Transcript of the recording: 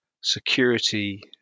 security